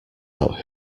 out